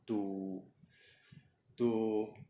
to to